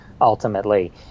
ultimately